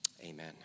Amen